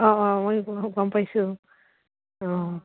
অঁ অঁ মই গম পাইছোঁ অঁ